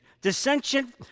dissension